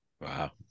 Wow